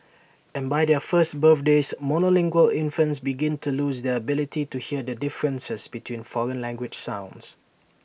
and by their first birthdays monolingual infants begin to lose their ability to hear the differences between foreign language sounds